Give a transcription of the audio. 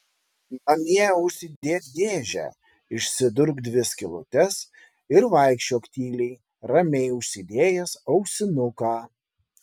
namie užsidėk dėžę išsidurk dvi skylutes ir vaikščiok tyliai ramiai užsidėjęs ausinuką